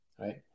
right